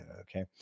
okay